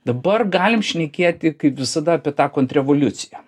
dabar galim šnekėti kaip visada apie tą kontrrevoliuciją